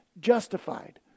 justified